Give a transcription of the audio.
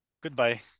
goodbye